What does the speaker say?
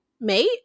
mate